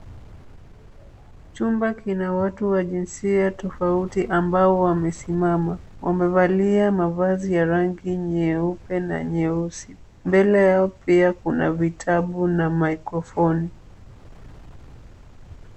Chumba kina watu wa jinsia tofauti ambao wamesimama. Wamevalia mavazi ya rangi nyeupe na nyeusi. Mbele yao pia kuna vitabu na microphoni .